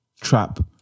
trap